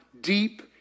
deep